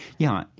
yeah.